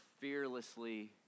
fearlessly